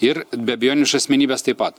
ir be abejonių už asmenybes taip pat